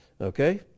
Okay